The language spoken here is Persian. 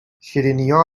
شیرینیا